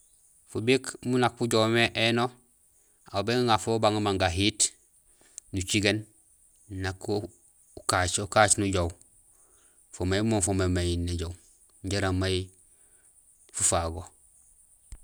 Fubik miin nak fujoow mé éno, aw néŋa fo ubang ma gahiit, nucigéén nak ukaac nujoow, fo may mo foomé may néjoow jaraam may fufago.